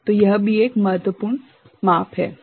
तो यह भी एक महत्वपूर्ण माप है